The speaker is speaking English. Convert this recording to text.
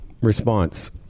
response